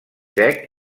sec